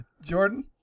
Jordan